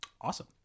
Awesome